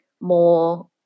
more